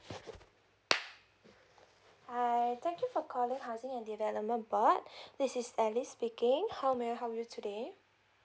hi thank you for calling housing and development board this is alice speaking how may I help you today